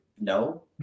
No